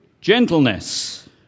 Gentleness